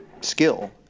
skill